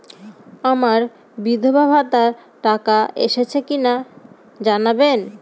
আমার বিধবাভাতার টাকা এসেছে কিনা জানাবেন?